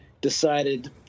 decided